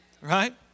right